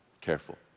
Careful